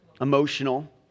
emotional